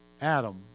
Adam